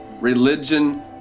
Religion